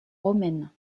romaines